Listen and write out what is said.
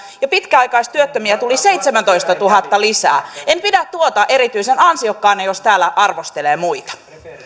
ja pitkäaikaistyöttömiä tuli seitsemäntoistatuhatta lisää en pidä tuota erityisen ansiokkaana jos täällä arvostelee muita